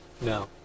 no